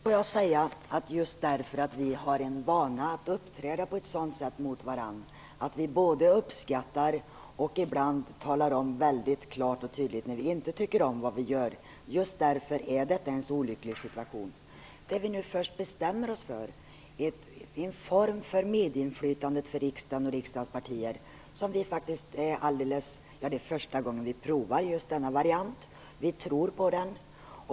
Herr talman! Just därför att vi har en vana att uppträda så mot varandra att vi uppskattar varandra och ibland talar om klart och tydligt när vi inte tycker om vad den andra gör, är detta en olycklig situation. Först bestämmer vi oss för en form för riksdagens och riksdagens partiers medinflytande, som vi nu prövar för första gången. Vi tror på denna variant.